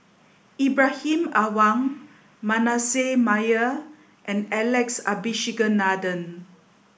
Ibrahim Awang Manasseh Meyer and Alex Abisheganaden